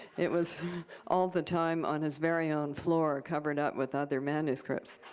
it was all the time on his very own floor covered up with other manuscripts.